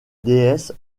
déesse